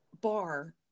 bar